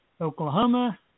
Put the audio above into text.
Oklahoma